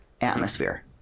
atmosphere